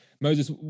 Moses